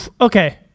okay